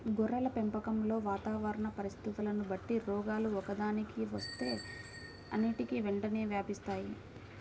గొర్రెల పెంపకంలో వాతావరణ పరిస్థితులని బట్టి రోగాలు ఒక్కదానికి వస్తే అన్నిటికీ వెంటనే వ్యాపిస్తాయి